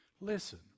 Listen